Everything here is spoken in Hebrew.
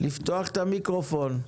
לפתוח את המיקרופון.